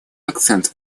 акцент